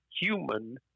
human